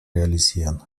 realisieren